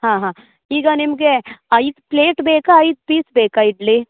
ಹಾಂ ಹಾಂ ಈಗ ನಿಮಗೆ ಐದು ಪ್ಲೇಟ್ ಬೇಕಾ ಐದು ಪೀಸ್ ಬೇಕಾ ಇಡ್ಲಿ